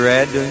Red